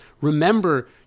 remember